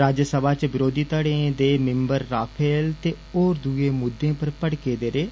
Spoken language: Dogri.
राज्यसभा च विरोधी धड़ें दे मिम्बर राफेल ते होर दुए मुद्दे पर भड़के दे रेह